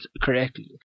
correctly